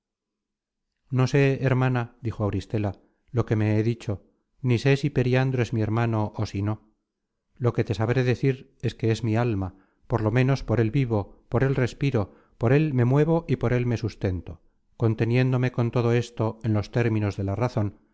no sé hermana dijo auristela lo que me he dicho ni sé si periandro es mi hermano ó si no lo que te sabré decir es que es mi alma por lo ménos por él vivo por él respiro por él me muevo y por él me sus tento conteniéndome con todo esto en los términos de la razon